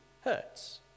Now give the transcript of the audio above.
hertz